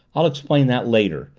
i'll explain that later,